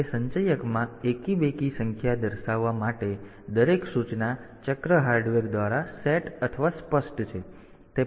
તેથી તે સંચયકમાં એકી બેકી સંખ્યા દર્શાવવા માટે દરેક સૂચના ચક્ર હાર્ડવેર દ્વારા સેટ અથવા સ્પષ્ટ છે